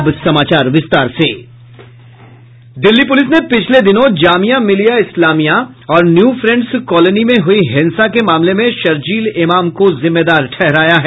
Delhi police ने पिछले दिनों जामिया मिलिया इस्लामिया और न्यू फ्रेंड्स कॉलोनी में हुई हिंसा के मामले में शरजील इमाम को जिम्मेदार ठहराया है